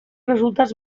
resultats